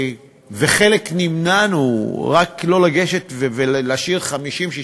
וחלקנו נמנענו רק לא לגשת ולהשאיר 50 60